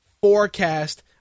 forecast